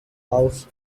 house